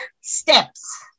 steps